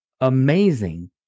amazing